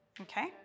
Okay